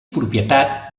propietat